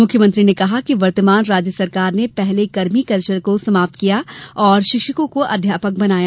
मुख्यमंत्री ने कहा कि वर्तमान राज्य सरकार ने पहले कर्मी कल्वर को समाप्त किया और शिक्षकों को अध्यापक बनाया